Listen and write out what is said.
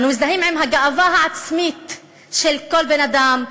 אנו מזדהים עם הגאווה העצמית של כל בן-אדם,